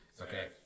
Okay